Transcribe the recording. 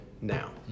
now